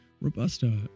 Robusta